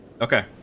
Okay